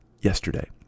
yesterday